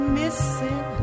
missing